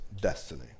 destiny